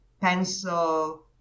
pencil